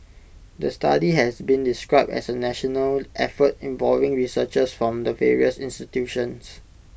the study has been described as A national effort involving researchers from the various institutions